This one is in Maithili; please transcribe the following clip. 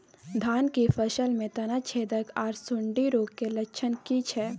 धान की फसल में तना छेदक आर सुंडी रोग के लक्षण की छै?